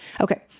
Okay